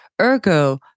Ergo